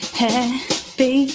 happy